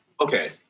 okay